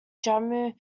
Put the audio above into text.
jammu